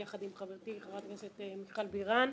יחד עם חברתי חברת הכנסת מיכל בירן.